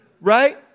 Right